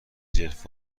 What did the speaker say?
جلف